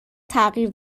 تغییر